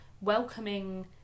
welcoming